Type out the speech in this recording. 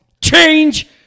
change